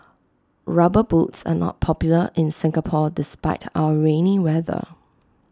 rubber boots are not popular in Singapore despite our rainy weather